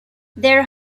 their